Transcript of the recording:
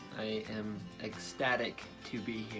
am ecstatic to be